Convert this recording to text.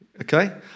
Okay